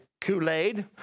Kool-Aid